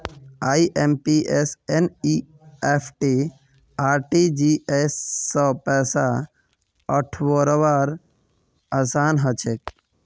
IMPS NEFT RTGS स पैसा पठऔव्वार असान हछेक